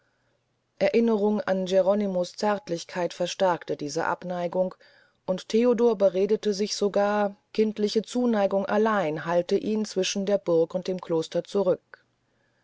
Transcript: erinnerung an geronimo's zärtlichkeit verstärkte diese abneigung und theodor beredete sich sogar kindliche zuneigung allein halte ihn zwischen der burg und dem kloster zurück